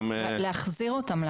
להחזיר אותם,